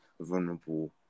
vulnerable